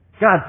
God